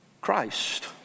Christ